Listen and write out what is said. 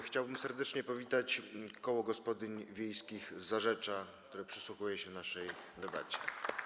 Chciałbym serdecznie powitać panie z Koła Gospodyń Wiejskich z Zarzecza, które przysłuchują się naszej debacie.